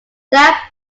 that